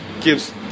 gives